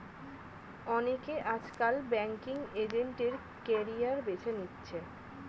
অনেকে আজকাল banking agent এর ক্যারিয়ার বেছে নিচ্ছে